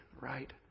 right